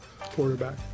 Quarterback